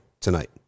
tonight